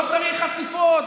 לא צריך חשיפות,